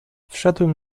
wszedłem